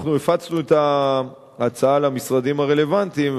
אנחנו הפצנו את ההצעה למשרדים הרלוונטיים,